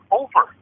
over